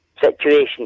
situation